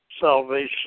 salvation